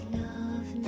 love